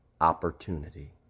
opportunity